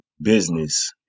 business